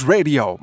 Radio